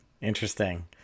Interesting